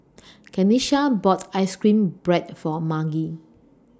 Kenisha bought Ice Cream Bread For Marge